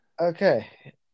Okay